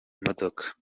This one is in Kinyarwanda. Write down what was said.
imodoka